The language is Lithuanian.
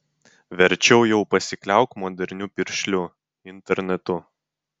verčiau jau pasikliauk moderniu piršliu internetu